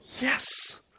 yes